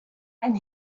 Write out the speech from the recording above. and